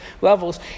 levels